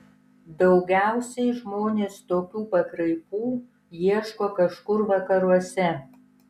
daugiausiai žmonės tokių pakraipų ieško kažkur vakaruose